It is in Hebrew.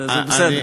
אז זה בסדר.